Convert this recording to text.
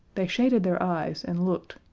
they shaded their eyes and looked,